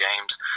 games